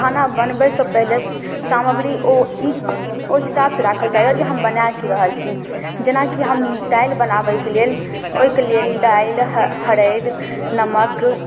खाना बनबैसँ पहिले सामग्री ओ ई ओहि हिसाबसँ राखल जाइए जे हम बना कि रहल छी जेनाकि हम दालि बनाबैके लेल ओहिके लेल दालि हऽ हरैद नमक